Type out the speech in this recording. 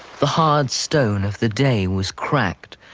the hard stone of the day was cracked,